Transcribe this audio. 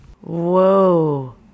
Whoa